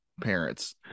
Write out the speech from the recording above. parents